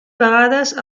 vegades